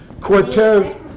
Cortez